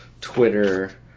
Twitter